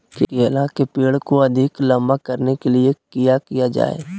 केला के पेड़ को अधिक लंबा करने के लिए किया किया जाए?